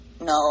no